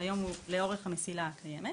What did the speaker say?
שהיום הוא לאורך המסילה הקיימת